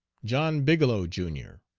john bigelow, jr,